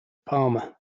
palmer